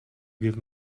give